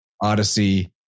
Odyssey